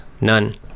None